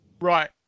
Right